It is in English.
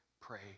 pray